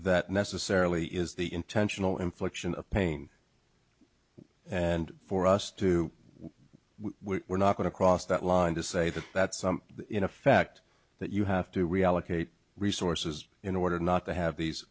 that necessarily is the intentional infliction of pain and for us to we we're not going to cross that line to say that that sum in effect that you have to reallocate resources in order not to have these